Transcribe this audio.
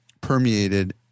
permeated